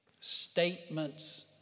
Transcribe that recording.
statements